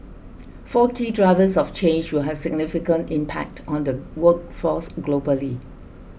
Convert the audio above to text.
four key drivers of change will have significant impact on the workforce globally